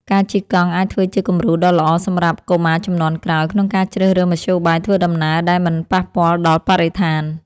ការជិះកង់អាចធ្វើជាគំរូដ៏ល្អសម្រាប់កុមារជំនាន់ក្រោយ ក្នុងការជ្រើសរើសមធ្យោបាយធ្វើដំណើរដែលមិនប៉ះពាល់ដល់បរិស្ថាន។